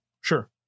sure